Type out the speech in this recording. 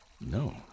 No